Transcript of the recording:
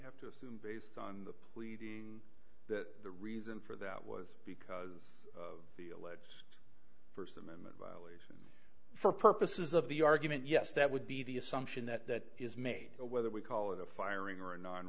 have to assume based on the plea that the reason for that was because of the alleged amendment violation for purposes of the argument yes that would be the assumption that is made whether we call it a firing or a non